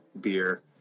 beer